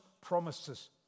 promises